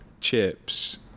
Chips